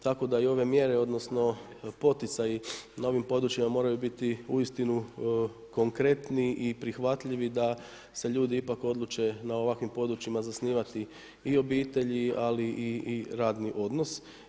Tako da i ove mjere, odnosno poticaji na ovim područjima moraju biti uistinu konkretni i prihvatljivi da se ljudi ipak odluče na ovakvim područjima zasnivati i obitelji i radni odnos.